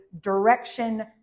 direction